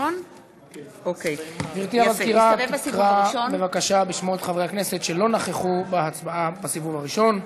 המזכירה תקרא בבקשה בשמות חברי הכנסת שלא נכחו בהצבעה בסיבוב הראשון.